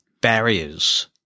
barriers